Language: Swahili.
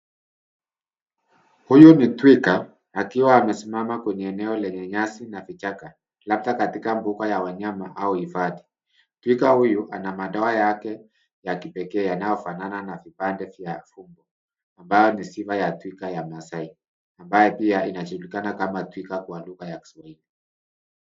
Huyu ni twiga akiwa amesimama kwenye eneo lenye nyasi na vichaka labda katika mbuga ya wanyama au hifadhi. Twiga huyu ana madoa yake ya kipekee yanayofanana na vipande vya fugo ambayo ni sifa ya twiga ya maasai. ambayo pia inajulikana kama twiga kwa lugha ya kiswahili.